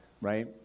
Right